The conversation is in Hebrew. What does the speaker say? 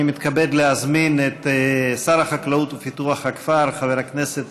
אני מתכבד להזמין את שר החקלאות ופיתוח הכפר חבר הכנסת